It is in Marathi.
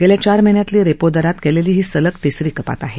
गेल्या चार महिन्यातली रेपो दरात केलेली ही सलग तिसरी कपात आहे